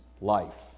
life